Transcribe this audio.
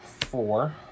four